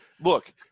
look